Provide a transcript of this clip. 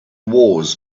wars